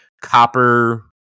copper